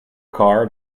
car